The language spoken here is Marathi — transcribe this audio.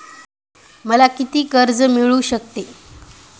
मला किती कर्ज मिळू शकते?